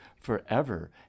forever